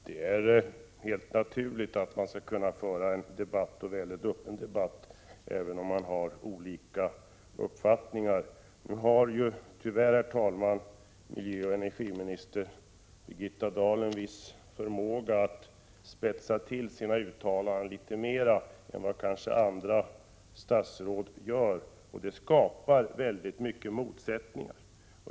Herr talman! Det är helt naturligt att man skall kunna föra en mycket öppen debatt även om man har olika uppfattningar. Nu har tyvärr miljöoch energiminister Birgitta Dahl en viss förmåga att spetsa till sina uttalanden litet mer än vad andra statsråd gör, och det skapar många motsättningar.